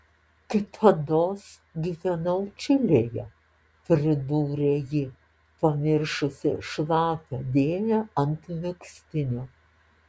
kitados gyvenau čilėje pridūrė ji pamiršusi šlapią dėmę ant megztinio